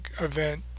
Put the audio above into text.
event